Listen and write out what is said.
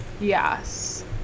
Yes